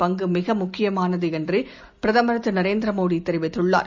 பங்கு மிக முக்கியமானது என்று பிரதமர் திரு நரேந்திரமோடி தெரிவித்துள்ளார்